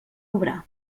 obrar